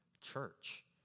church